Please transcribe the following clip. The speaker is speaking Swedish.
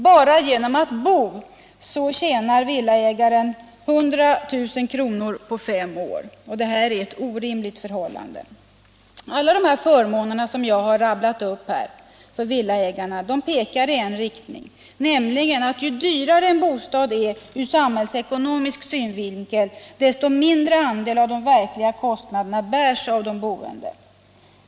Bara genom att bo tjänar villaägaren 100 000 kr. på fem år. Detta är ett orimligt förhållande. Alla de förmåner för villaägarna som jag här rabblat upp pekar i en riktning, nämligen att ju dyrare en bostad är ur samhällsekonomisk synvinkel, desto mindre andel av de verkliga kostnaderna bärs av de boende.